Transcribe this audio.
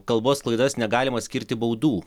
kalbos klaidas negalima skirti baudų